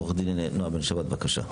עו"ד נעה בן שבת, בבקשה.